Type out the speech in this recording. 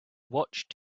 watched